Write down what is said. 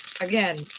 again